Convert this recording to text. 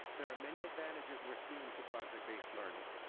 there are many advantages we are seeing to project-based learning.